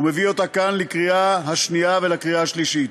ומביא אותה כאן לקריאה השנייה ולקריאה השלישית.